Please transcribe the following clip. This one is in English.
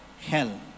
Hell